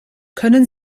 könnten